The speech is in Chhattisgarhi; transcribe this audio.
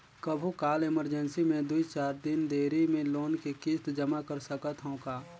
कभू काल इमरजेंसी मे दुई चार दिन देरी मे लोन के किस्त जमा कर सकत हवं का?